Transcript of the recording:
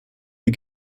wir